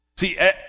See